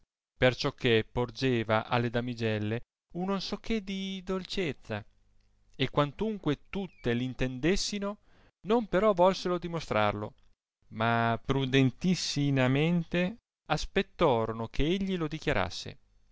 perciò che porgeva alle damigelle un non so che di dolcezza e quantunque tutte l intendessi no non però volsero dimostrarlo ma prudentissiinamente aspettorono che egli lo dichiai asse